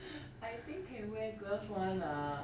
I think can wear gloves [one] lah